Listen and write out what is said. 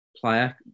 player